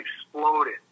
exploded